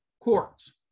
courts